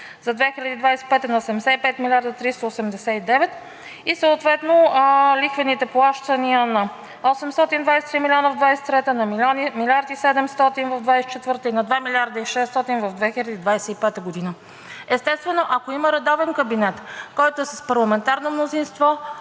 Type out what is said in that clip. за 2025-а на 85 милиарда 389, и съответно лихвените плащания на 823 милиона за 2023-а, на милиард и 700 за 2024-а и на 2 милиарда и 600 за 2025 г. Естествено, ако има редовен кабинет, който е с парламентарно мнозинство,